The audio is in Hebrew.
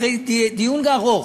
אחרי דיון ארוך,